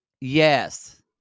Yes